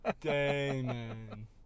Damon